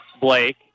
Blake